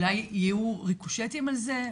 אולי יהיו ריקושטים על זה,